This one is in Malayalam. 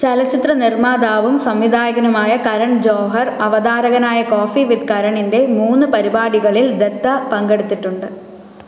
ചലച്ചിത്ര നിർമ്മാതാവും സംവിധായകനുമായ കരൺ ജോഹർ അവതാരകനായ കോഫി വിത്ത് കരണിൻ്റെ മൂന്ന് പരിപാടികളിൽ ദത്ത പങ്കെടുത്തിട്ടുണ്ട്